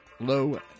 Low